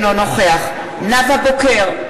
אינו נוכח נאוה בוקר,